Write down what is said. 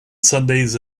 sundays